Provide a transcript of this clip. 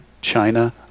China